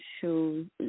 shoes